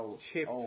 chip